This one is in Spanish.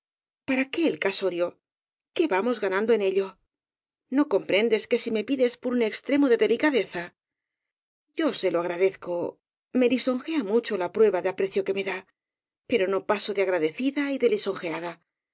para qué el casorio qué vamos ganando en ello no comprendes que si me pide es por un extremo de delicadeza yo se lo agradezco me lisonjea mucho la prueba de aprecio que me da pero no paso de agradecida y